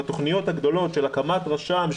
בתוכניות הגדולות של הקמת רשם,